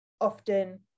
often